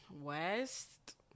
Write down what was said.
West